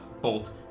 bolt